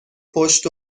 پشت